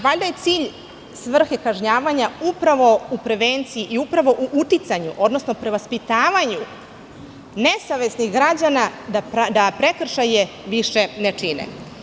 Valjda je cilj svrhe kažnjavanja upravo u prevenciji i upravo u uticanju, odnosno prevaspitavanju nesavesnih građana da prekršaje više ne čine.